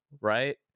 right